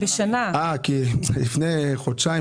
לפני חודשיים,